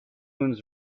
dunes